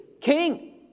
king